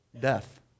death